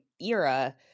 era